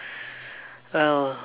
well